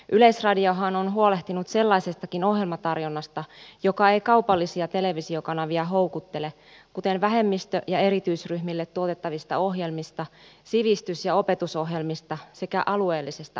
yleisradiohan on huolehtinut sellaisestakin ohjelmatarjonnasta joka ei kaupallisia televisiokanavia houkuttele kuten vähemmistö ja erityisryhmille tuotettavista ohjelmista sivistys ja opetusohjelmista sekä alueellisesta ohjelmatarjonnasta